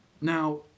Now